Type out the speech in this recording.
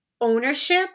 ownership